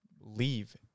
leave